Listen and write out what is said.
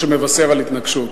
מה שמבשר על התנגשות.